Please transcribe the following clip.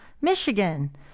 Michigan